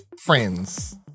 friends